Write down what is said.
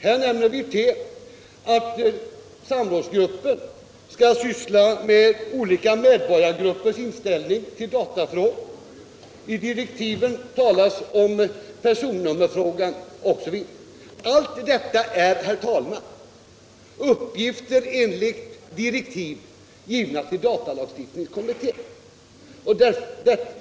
Herr Wirtén nämnde att samrådsgruppen skall ta upp olika medborgargruppers inställning till datafrågor — i direktiven talas bl.a. om personnummerfrågan. Men allt detta är enligt direktiven uppgifter för datalagstiftningskommittén!